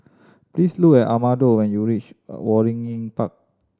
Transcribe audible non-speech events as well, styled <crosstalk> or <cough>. please look an Amado when you reach <hesitation> Waringin Park